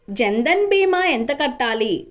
జన్ధన్ భీమా ఎంత కట్టాలి?